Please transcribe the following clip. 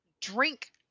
drink